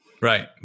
Right